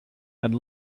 had